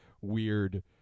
weird